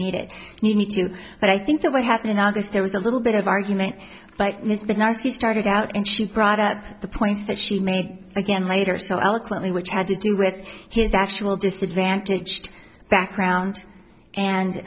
need it you need to but i think that will happen in august there was a little bit of argument but mr nice he started out and she brought up the points that she made again later so eloquently which had to do with his actual disadvantaged background and